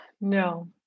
No